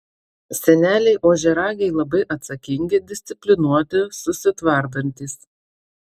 seneliai ožiaragiai labai atsakingi disciplinuoti susitvardantys